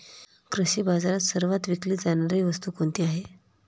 कृषी बाजारात सर्वात विकली जाणारी वस्तू कोणती आहे?